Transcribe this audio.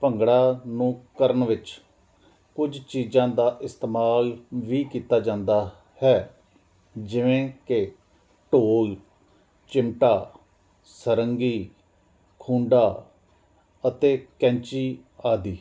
ਭੰਗੜਾ ਨੂੰ ਕਰਨ ਵਿੱਚ ਕੁਝ ਚੀਜ਼ਾਂ ਦਾ ਇਸਤੇਮਾਲ ਵੀ ਕੀਤਾ ਜਾਂਦਾ ਹੈ ਜਿਵੇਂ ਕਿ ਢੋਲ ਚਿਮਟਾ ਸਰੰਗੀ ਖੂੰਡਾ ਅਤੇ ਕੈਂਚੀ ਆਦਿ